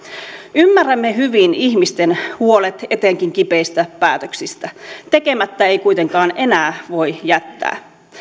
ymmärrämme hyvin ihmisten huolet etenkin kipeistä päätöksistä tekemättä ei kuitenkaan enää voi jättää